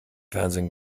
fernsehen